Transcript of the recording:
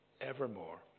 evermore